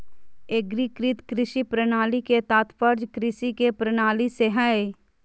एग्रीकृत कृषि प्रणाली के तात्पर्य कृषि के प्रणाली से हइ